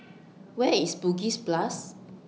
Where IS Bugis Plus